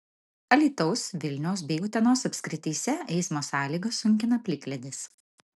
alytaus vilniaus bei utenos apskrityse eismo sąlygas sunkina plikledis